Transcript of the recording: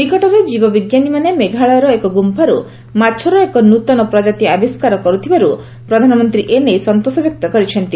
ନିକଟରେ ଜୀବବିଜ୍ଞାନୀମାନେ ମେଘାଳୟର ଗୁମ୍ଫାରୁ ମାଛର ଏକ ନୃତନ ପ୍ରଜାତି ଆବିଷ୍କାର କରିଥିବାରୁ ପ୍ରଧାନମନ୍ତ୍ରୀ ଏନେଇ ସନ୍ତୋଷ ବ୍ୟକ୍ତ କରିଛନ୍ତି